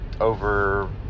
over